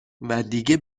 ودیگه